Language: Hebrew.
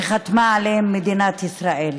שחתמה עליהם מדינת ישראל.